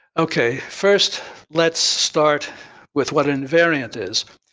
okay, first let's start with what an invariant is.